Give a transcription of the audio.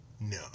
No